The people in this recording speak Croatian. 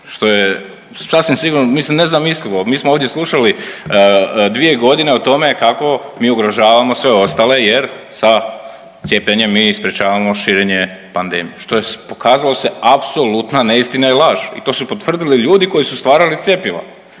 što je sasvim sigurno mislim nezamislivo. Mi smo ovdje slušali dvije godine o tome kako mi ugrožavamo sve ostale jer sa cijepljenjem mi sprječavamo širenje pandemije što je pokazalo se apsolutna neistina i laž. I to su potvrdili ljudi koji su stvarali cjepiva.